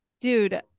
Dude